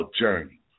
journey